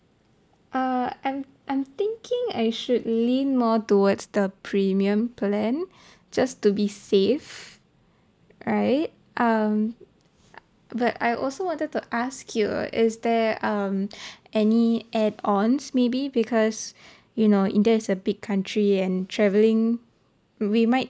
uh I'm I'm thinking I should lean more towards the premium plan just to be safe right um but I also wanted to ask you is there um any add ons maybe because you know india is a big country and travelling we might